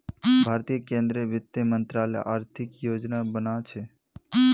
भारतीय केंद्रीय वित्त मंत्रालय आर्थिक योजना बना छे